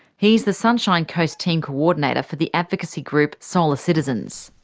he's the sunshine coast team coordinator for the advocacy group, solar citizens.